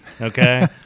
Okay